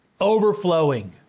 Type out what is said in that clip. overflowing